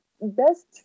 best